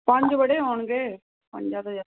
ਪੰਜ ਬੜੇ ਹੋਣਗੇ ਪੰਜਾਂ ਤੇ ਜਾ